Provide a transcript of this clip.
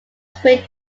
watling